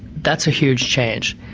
that's a huge change.